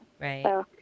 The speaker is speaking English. Right